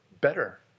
better